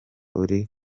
uri